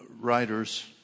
writers